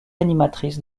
animatrice